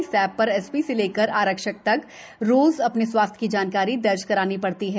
इस ए र एसपी से लेकर आरक्षक तक को रोज अ ने स्वास्थ्य की जानकारी दर्ज करना इता है